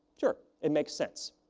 sure, it makes sense.